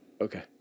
Okay